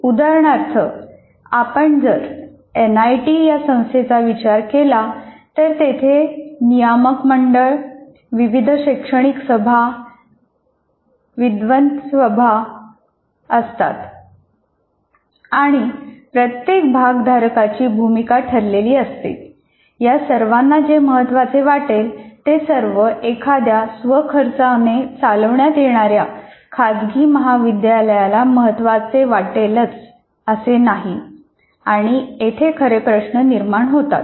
उदाहरणार्थ आपण जर एनआयटी या संस्थेचा विचार केला तर तेथे नियामक मंडळ विविध शैक्षणिक सभा विद्वत सभा असतात आणि प्रत्येक भागधारकांची भूमिका ठरलेली असते या सर्वांना जे महत्वाचे वाटेल ते सर्व एखाद्या स्वखर्चाने चालवण्यात येणाऱ्या खाजगी महाविद्यालयाला महत्त्वाचे वाटेलच असे नाही आणि येथे खरे प्रश्न निर्माण होतात